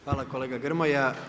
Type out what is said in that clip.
Hvala kolega Grmoja.